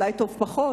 אולי טוב פחות,